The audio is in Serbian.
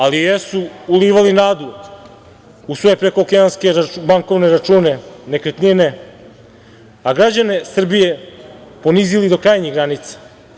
Ali, jesu ulivali nadu u svoje prekookeanske bankovne račune, nekretnine, a građane Srbije ponizili do krajnjih granica.